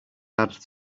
had